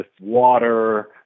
water